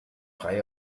frei